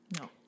No